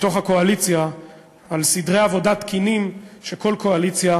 בתוך הקואליציה על סדרי עבודה תקינים שכל קואליציה